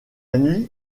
nuit